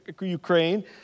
Ukraine